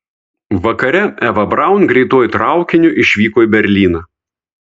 vakare eva braun greituoju traukiniu išvyko į berlyną